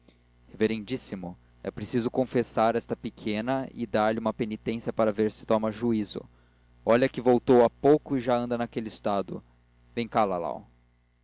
reverendíssimo é preciso confessar esta pequena e dar-lhe uma penitência para ver se toma júizo olhe que voltou há pouco e já anda naquele estado vem cá